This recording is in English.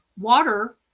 Water